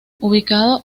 ubicado